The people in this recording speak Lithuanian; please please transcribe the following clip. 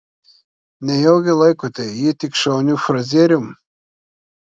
nejaugi laikote jį tik šauniu frazierium